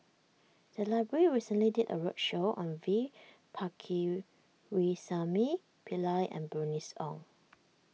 the library recently did a roadshow on V Pakirisamy Pillai and Bernice Ong